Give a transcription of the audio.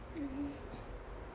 mmhmm